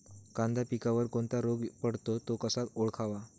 कांदा पिकावर कोणता रोग पडतो? तो कसा ओळखावा?